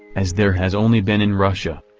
as there has only been in russia.